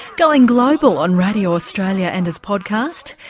going global on radio australia and as podcast.